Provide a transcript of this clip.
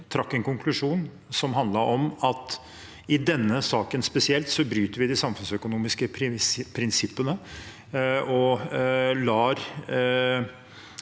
og trakk en konklusjon som handlet om at vi i denne saken bryter de samfunnsøkonomiske prinsippene og –